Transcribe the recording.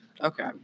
Okay